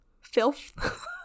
filth